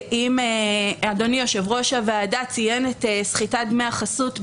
אדוני יושב-ראש הוועדה ציין את סחיטת דמי החסות,